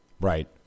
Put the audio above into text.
Right